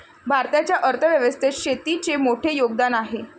भारताच्या अर्थ व्यवस्थेत शेतीचे मोठे योगदान आहे